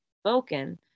spoken